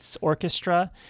orchestra